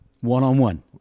One-on-one